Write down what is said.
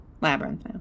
Labyrinth